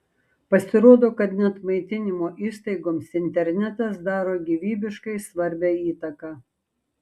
pasirodo kad net maitinimo įstaigoms internetas daro gyvybiškai svarbią įtaką